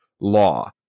law